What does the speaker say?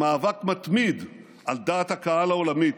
במאבק מתמיד על דעת הקהל העולמית,